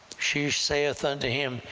she saith unto him,